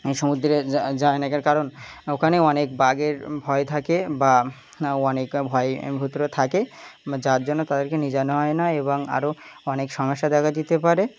এই সমুদ্রে যায় না তাঁর কারণ ওখানে অনেক বাঘের ভয় থাকে বা অনেক ভয় ভূত্র থাকে যার জন্য তাদেরকে নিয়ে যাওয়া হয় না এবং আরও অনেক সমস্যা দেখা যেতে পারে